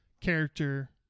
character